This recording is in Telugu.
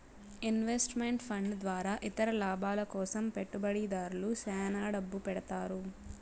ఇన్వెస్ట్ మెంట్ ఫండ్ ద్వారా ఇతర లాభాల కోసం పెట్టుబడిదారులు శ్యాన డబ్బు పెడతారు